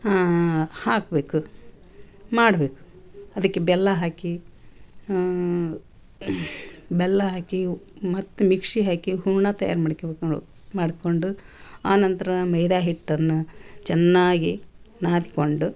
ಹಾಂ ಹಾಕಬೇಕು ಮಾಡ್ಬೇಕು ಅದಕ್ಕೆ ಬೆಲ್ಲ ಹಾಕಿ ಬೆಲ್ಲ ಹಾಕಿ ಮತ್ತೆ ಮಿಕ್ಶಿ ಹಾಕಿ ಹೂರ್ಣ ತಯಾರು ಮಾಡ್ಕೆ ಮಾಡ್ಕೊಂಡು ಆ ನಂತರ ಮೈದಾಹಿಟ್ಟನ್ನ ಚೆನ್ನಾಗಿ ನಾದ್ಕೊಂಡು